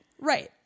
Right